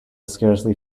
scarcely